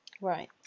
Right